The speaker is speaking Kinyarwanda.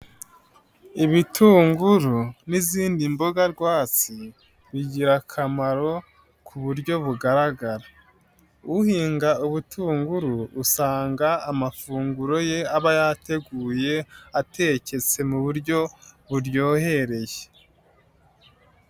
Ibitunguru n'izindi mboga rwatsi bigirakamaro ku buryo bugaragara. Uhinga ubutunguru usanga amafunguro ye aba yateguye ateketse mu buryo buryohereye.